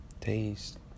taste